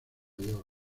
york